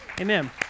Amen